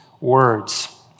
words